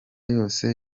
yose